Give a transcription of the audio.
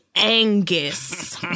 Angus